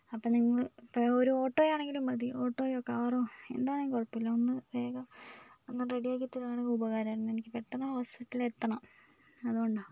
അപ്പം നിങ്ങൾ അപ്പം ഒരു ഓട്ടോ ആണെങ്കിലും മതി ഓട്ടോയൊ കാറോ എന്താണെങ്കിലും കുഴപ്പമില്ല ഒന്ന് വേഗം ഒന്ന് റെഡിയാക്കി തരുവാണെങ്കിൽ ഉപകാരമായിരുന്നു എനിക്ക് പെട്ടന്ന് ഹോസ്പിറ്റലിൽ എത്തണം അതുകൊണ്ടാണ്